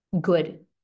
good